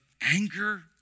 anger